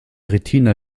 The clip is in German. retina